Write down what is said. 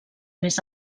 més